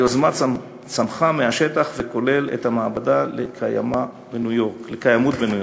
היוזמה צמחה מהשטח וכוללת את המעבדה לקיימות בניו-יורק,